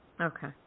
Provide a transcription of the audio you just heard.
Okay